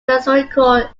historical